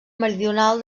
meridional